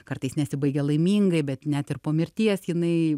kartais nesibaigia laimingai bet net ir po mirties jinai